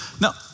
no